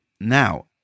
now